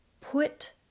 put